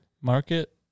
market